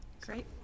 Great